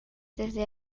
desde